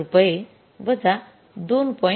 २५ रुपये वजा २